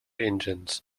engines